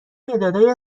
مدادهایی